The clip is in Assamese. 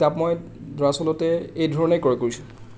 কিতাপ মই দৰাচলতে এই ধৰণে ক্ৰয় কৰিছোঁ